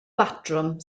batrwm